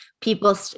people